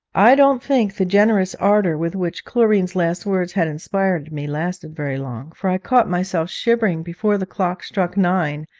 i don't think the generous ardour with which chlorine's last words had inspired me lasted very long, for i caught myself shivering before the clock struck nine,